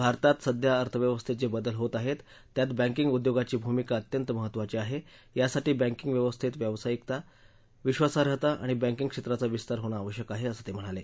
भारतात सध्या अर्थव्यवस्थेत जे बदल होत आहेत त्यात बँकिंग उद्योगाची भूमिका अत्यंत महत्त्वाची आहे यासाठी बैंकिंग व्यवस्थेत व्यावसायिकता विश्वासाईता आणि बैंकिंग क्षेत्राचा विस्तार होणे आवश्यक आहे असे ते म्हणाले